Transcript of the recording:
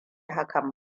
hakan